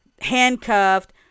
handcuffed